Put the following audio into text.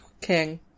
king